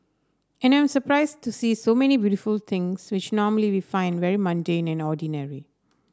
and I'm surprised to see so many beautiful things which normally we find very mundane and ordinary